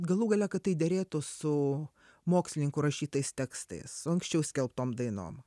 galų gale kad tai derėtų su mokslininkų rašytais tekstais anksčiau skelbtom dainom